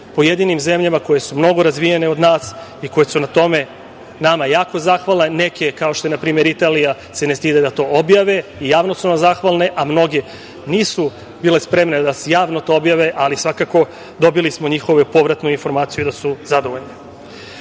pojedinim zemljama koje su mnogo razvijenije od nas i koje su na tome jako zahvalne, kao što je na primer Italija se ne stidi da to objave i javno su nam zahvalne, a mnoge nisu bile spremne da javno to objavi, ali svakako dobili smo njihovu povratnu informaciju da su zadovoljni.U